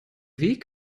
weg